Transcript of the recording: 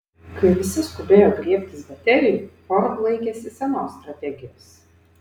kai visi skubėjo griebtis baterijų ford laikėsi senos strategijos